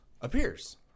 appears